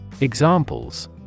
Examples